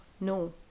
No